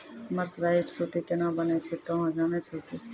mercerised सूती केना बनै छै तोहों जाने छौ कि